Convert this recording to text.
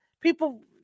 people